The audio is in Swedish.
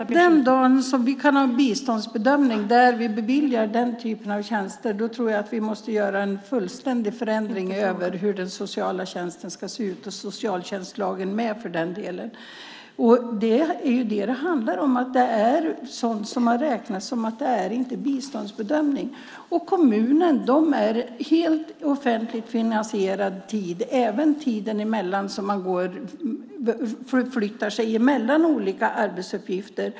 Fru talman! Den dag som vi kan ha biståndsbedömning där vi beviljar den typen av tjänster tror jag att vi måste göra en fullständig förändring av den sociala tjänsten och socialtjänstlagen med för den delen. Det handlar om att det inte räknas som biståndsbedömning. Inom kommunerna är det helt offentligt finansierad tid, även den tid då man förflyttar sig mellan olika arbetsuppgifter.